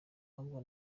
ahubwo